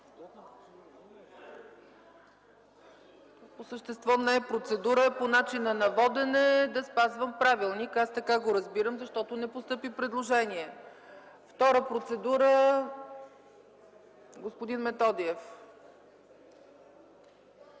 по същество не беше процедура, а по начина на водене – да спазвам правилника, аз така го разбирам, защото не постъпи предложение. Втора процедура – господин Методиев.